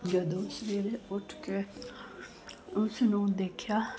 ਜਦੋਂ ਸਵੇਰੇ ਉੱਠ ਕੇ ਉਸਨੂੰ ਦੇਖਿਆ